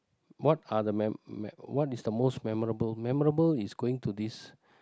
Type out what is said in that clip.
what are the man man what is the most memorable memorable is going to this